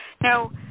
Now